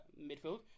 midfield